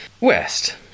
West